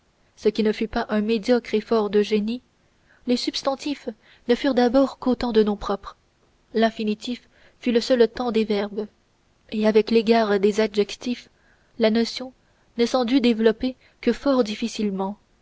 ce qui ne fut pas un médiocre effort de génie les substantifs ne furent d'abord qu'autant de noms propres l'infinitif fut le seul temps des verbes et à l'égard des adjectifs la notion ne s'en dut développer que fort difficilement